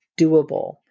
doable